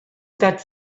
that